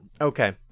Okay